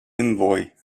envoy